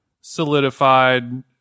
solidified